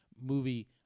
movie